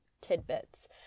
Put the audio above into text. tidbits